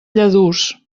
lladurs